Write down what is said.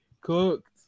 cooked